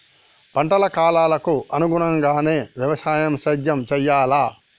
పంటల కాలాలకు అనుగుణంగానే వ్యవసాయ సేద్యం చెయ్యాలా?